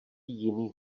jiných